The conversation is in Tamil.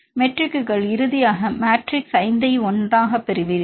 மெட்ரிக்குகள் இறுதியாக நீங்கள் மேட்ரிக்ஸ் 5 ஐ 1 ஆகப் பெறுவீர்கள்